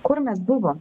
kur mes buvom